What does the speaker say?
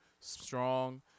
strong